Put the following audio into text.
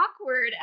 awkward